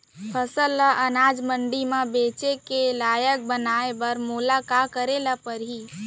फसल ल अनाज मंडी म बेचे के लायक बनाय बर मोला का करे ल परही?